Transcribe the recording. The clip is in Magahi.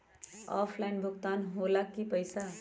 ऑफलाइन भुगतान हो ला कि पईसा?